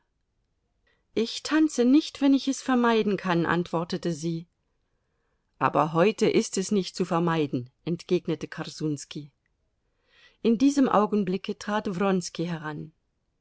ich tanze nicht wenn ich es vermeiden kann antwortete sie aber heute ist es nicht zu vermeiden entgegnete korsunski in diesem augenblicke trat wronski heran